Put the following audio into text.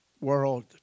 World